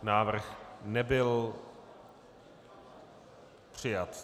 Návrh nebyl přijat.